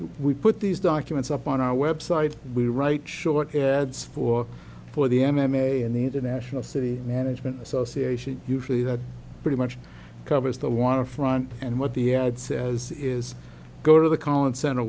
we put these documents up on our website we write short ads for for the m m a and the international city management association usually that pretty much covers the waterfront and what the ad says is go to the coll